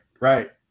right